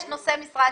יש נושא משרה.